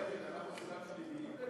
אנחנו אנשים שליליים בעיניך?